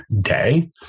day